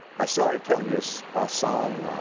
i started telling you a s, a song,